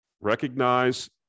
recognize